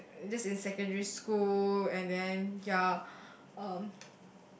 pres~ this is secondary school and then ya um